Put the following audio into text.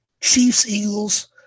Chiefs-Eagles